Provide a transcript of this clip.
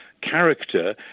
character